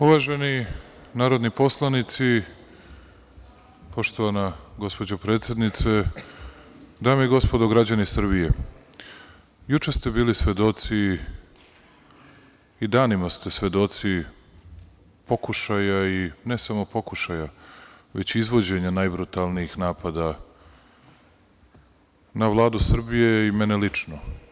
Uvaženi narodni poslanici, poštovana gospođo predsednice, dame i gospodo, građani Srbije, juče ste bili svedoci i danima ste svedoci pokušaja i ne samo pokušaja, već izvođenja najbrutalnijih napada na Vladu Srbije i mene lično.